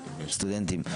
סטודנטים,